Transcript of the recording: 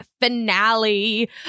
finale